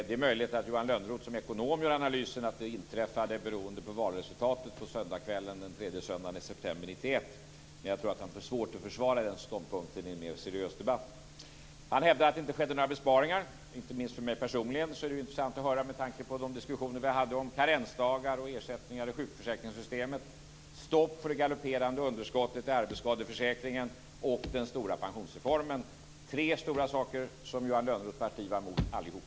Det är möjligt att Johan Lönnroth som ekonom gör analysen att det inträffade berodde på valresultatet på söndagskvällen den tredje söndagen i september 1991. Men jag tror att han får svårt att försvara den ståndpunkten i en mer seriös debatt. Han hävdar att det inte skedde några besparingar. Inte minst för mig personligen är detta intressant att höra med tanke på de diskussioner vi förde om karensdagar och ersättningar i sjukförsäkringssystemet, om stopp för det galopperande underskottet i arbetsskadeförsäkringen och om den stora pensionsreformen. Detta var tre stora saker som Johan Lönnroths parti var emot allihop.